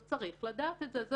הוא צריך לדעת את זה.